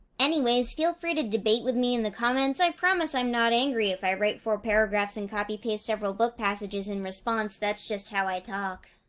anyways, feel free to debate with me in the comments. i promise i'm not angry if i write four paragraphs and copy-paste several book passages in response. that's just how i talk.